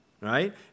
Right